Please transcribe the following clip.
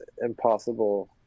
impossible